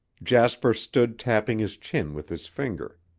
jasper stood tapping his chin with his finger.